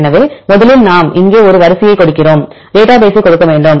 எனவே முதலில் நாம் இங்கே ஒரு வரிசையைக் கொடுக்கிறோம் டேட்டா பேசை கொடுக்க வேண்டும்